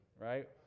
right